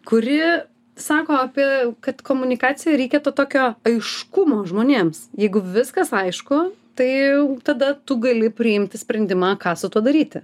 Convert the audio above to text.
kuri sako apie kad komunikacijai reikia to tokio aiškumo žmonėms jeigu viskas aišku tai tada tu gali priimti sprendimą ką su tuo daryti